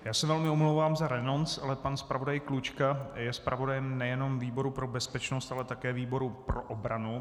Já se velmi omlouvám za renonc, ale pan zpravodaj Klučka je zpravodajem nejenom výboru pro bezpečnost, ale také výboru pro obranu.